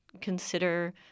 consider